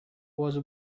was